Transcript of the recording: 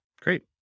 Great